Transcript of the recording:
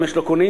אם יש לו קונים,